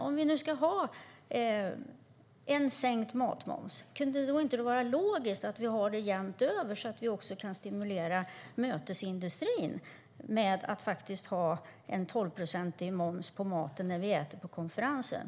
Om vi nu ska ha en sänkt matmoms, kunde det då inte vara logiskt att vi har det jämnt över så att vi också kan stimulera mötesindustrin med att ha en 12-procentig moms när vi äter på konferenser?